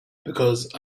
because